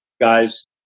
guys